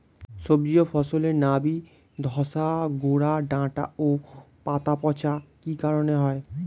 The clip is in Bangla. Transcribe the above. সবজি ও ফসলে নাবি ধসা গোরা ডাঁটা ও পাতা পচা কি কারণে হয়?